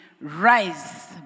Rise